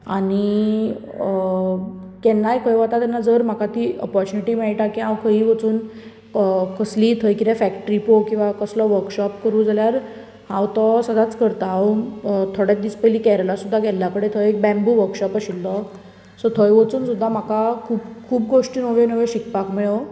आनी केन्नाय खंय वता तेन्ना जर म्हाका ती ओपर्च्युनिटी मेळटा की हांव खंयूय वचून कसलीय थंय कितें फॅक्ट्री पळोवंक किंवा कसलो वर्कशोप करूं जाल्यार हांव तो सदांच करतां हांव थोड्याच दीस पयलीं केरला सुद्धा गेलां थंय बॅम्बू वर्कशोप आशिल्लो सो थंय वचून सुद्धा म्हाका खूब गोश्टी नव्यो नव्यो शिकपाक मेळ्ळ्यो